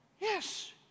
Yes